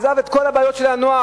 עזב את כל הבעיות של הנוער,